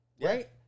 right